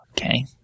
Okay